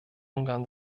ungarn